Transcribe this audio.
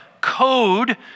code